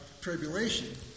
tribulation